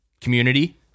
Community